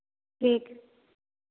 ठीक